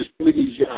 please